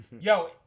Yo